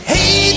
Hey